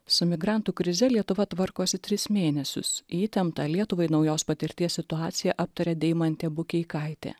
su migrantų krize lietuva tvarkosi tris mėnesius įtemptą lietuvai naujos patirties situaciją aptaria deimantė bukeikaitė